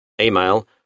Email